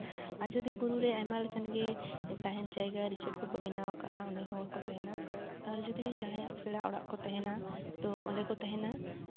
ᱟᱡᱳᱫᱤᱭᱟᱹ ᱵᱩᱨᱩ ᱨᱮ ᱟᱭᱢᱟ ᱞᱮᱠᱟᱱᱜᱮ ᱛᱟᱦᱮᱱ ᱡᱟᱭᱜᱟ ᱨᱤᱥᱚᱨᱴ ᱠᱚᱠᱚ ᱵᱮᱱᱟᱣ ᱠᱟᱫᱟ ᱚᱸᱰᱮ ᱦᱚᱸ ᱦᱚᱲᱠᱚ ᱛᱟᱦᱮᱱᱟ ᱟᱨ ᱡᱚᱫᱤ ᱡᱟᱦᱟᱭᱟᱸᱜ ᱯᱮᱲᱟ ᱚᱲᱟᱜ ᱠᱚ ᱛᱟᱦᱮᱱᱟ ᱛᱳ ᱚᱸᱰᱮ ᱠᱚ ᱛᱟᱦᱮᱱᱟ